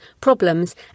problems